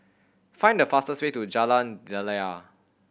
find the fastest way to Jalan Daliah